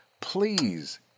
please